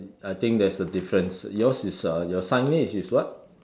I think there's a difference yours is a your signage is what